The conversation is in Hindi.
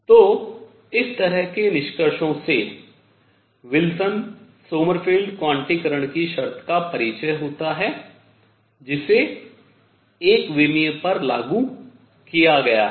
तो इस तरह के निष्कर्षों से विल्सन सोमरफेल्ड क्वांटीकरण की शर्त का परिचय होता है जिसे एक विमीय पर लागू किया गया है